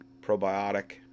probiotic